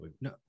No